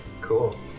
Cool